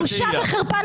בושה וחרפה.